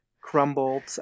crumbled